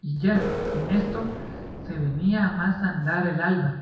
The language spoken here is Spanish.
y ya en esto se venía a más andar el alba